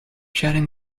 chatting